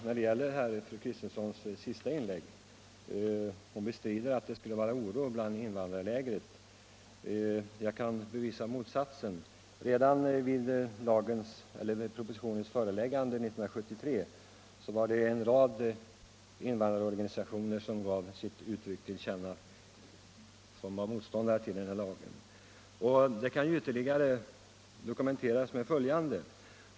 Herr talman! I sitt senaste inlägg bestrider fru Kristensson att det skulle vara oro i invandrarlägret. Jag kan bevisa motsatsen. Redan när propositionen framlades 1973 gav en rad invandrarorganisationer till känna att de var motståndare till den här lagen. Detta kan ytterligare dokumenteras med följande.